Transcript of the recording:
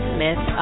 Smith